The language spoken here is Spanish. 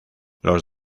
los